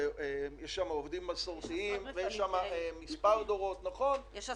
יש שם עובדים מסורתיים ויש שם מספר דורות --- יש עשרות מפעלים כאלה.